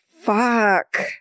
Fuck